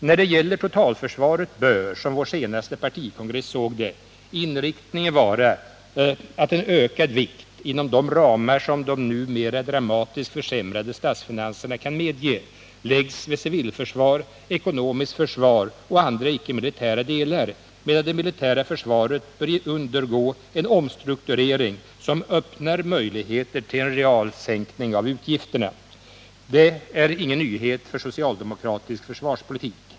När det gäller totalförsvaret bör, som vår senaste partikongress såg det, inriktningen vara att en ökad vikt —- inom de ramar som de numera dramatiskt försämrade statsfinanserna kan medge — läggs vid civilförsvar, ekonomiskt försvar och andra icke-militära delar, medan det militära försvaret bör undergå en omstrukturering som öppnar möjligheter till en realsänkning av utgifterna. Detta är ingen nyhet för socialdemokratisk försvarspolitik.